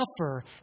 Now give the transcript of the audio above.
suffer